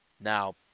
Now